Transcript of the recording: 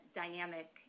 dynamic